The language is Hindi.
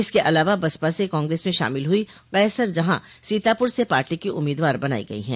इसके अलावा बसपा से कांग्रेस में शामिल हुई कैसर जहॉ सीतापुर से पार्टी की उम्मीदवार बनायी गई हैं